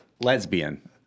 Lesbian